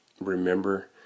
remember